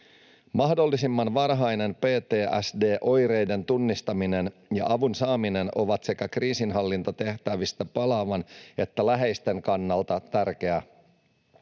Mahdollisimman varhainen PTSD-oireiden tunnistaminen ja avun saaminen ovat sekä kriisinhallintatehtävistä palaavan että läheisten kannalta tärkeää.